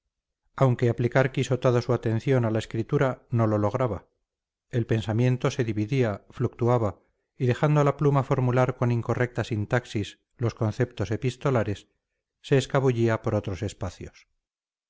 aunque aplicar quiso toda su atención a la escritura no lo lograba el pensamiento se dividía fluctuaba y dejando a la pluma formular con incorrecta sintaxis los conceptos epistolares se escabullía por otros espacios